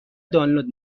دانلود